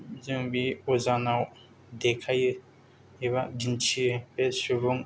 जों बे अजानाव देखायो एबा दिन्थियो बे सुबुं